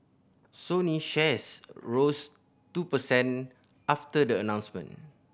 Sony shares rose two percent after the announcement